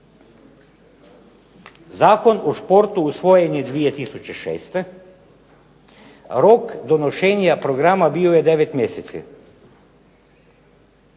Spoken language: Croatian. Zakon o športu usvojen je 2006., rok donošenja programa bio je 9 mjeseci.